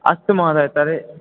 अस्तु महोदय तर्हि